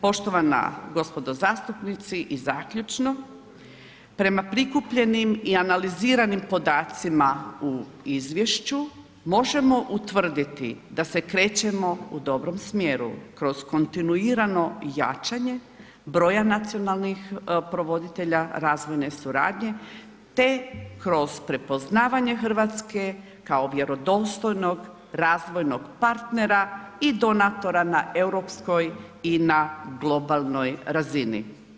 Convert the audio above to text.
Poštovana gospodo zastupnici i zaključno prema prikupljenim i analiziranim podacima u izvješću možemo utvrditi da se krećemo u dobrom smjeru kroz kontinuirano jačanje broja nacionalnih provoditelja razvojne suradnje te kroz prepoznavanje Hrvatske kao vjerodostojnog razvojnog partnera i donatora na europskoj i na globalnoj razini.